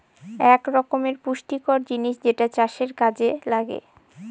এক রকমের পুষ্টিকর জিনিস যেটা চাষের কাযে লাগে